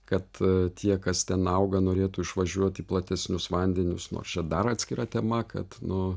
kad tie kas ten auga norėtų išvažiuot į platesnius vandenis nors čia dar atskira tema kad nu